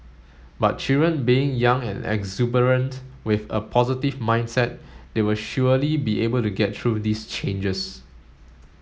but children being young and exuberant with a positive mindset they will surely be able to get through these changes